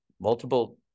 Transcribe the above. multiple